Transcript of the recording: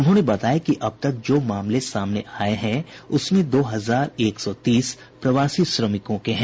उन्होंने बताया कि अब तक जो मामले सामने आये हैं उसमें दो हजार एक सौ तीस प्रवासी श्रमिकों के हैं